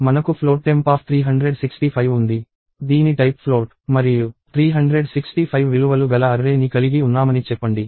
మనకు float temp365 ఉంది దీని టైప్ ఫ్లోట్ మరియు 365 విలువలు గల అర్రే ని కలిగి ఉన్నామని చెప్పండి